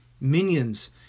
minions